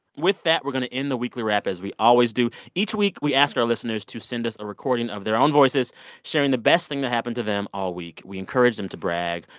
with that, we're going to end the weekly wrap as we always do. each week, we ask our listeners to send us a recording of their own voices sharing the best thing that happened to them all week. we encourage them to brag.